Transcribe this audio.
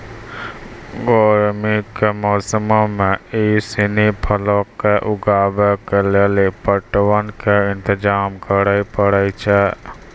गरमी के मौसमो मे इ सिनी फलो के उगाबै के लेली पटवन के इंतजाम करै पड़ै छै